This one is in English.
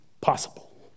possible